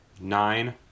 nine